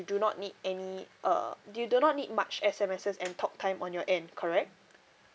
do not need any uh you do not need much S_M_Ses and talk time on your end correct